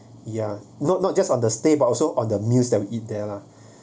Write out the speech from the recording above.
ya not not just on the stay but also on the amuse them eat there lah